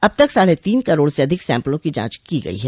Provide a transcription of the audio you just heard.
अब तक साढ़े तीन करोड़ से अधिक सैम्पलों की जांच की गई है